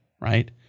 right